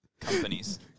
companies